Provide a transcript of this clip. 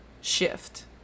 shift